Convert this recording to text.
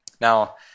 Now